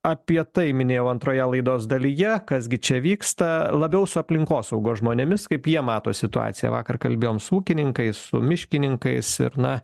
apie tai minėjau antroje laidos dalyje kas gi čia vyksta labiau su aplinkosaugos žmonėmis kaip jie mato situaciją vakar kalbėjom su ūkininkais su miškininkais ir na